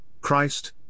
Christ